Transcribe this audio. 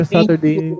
Saturday